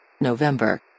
November